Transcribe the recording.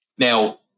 Now